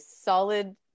solid